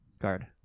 Guard